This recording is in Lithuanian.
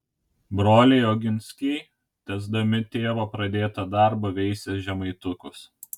broliai oginskiai tęsdami tėvo pradėtą darbą veisė žemaitukus